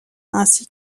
ainsi